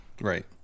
Right